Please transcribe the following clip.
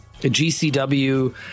GCW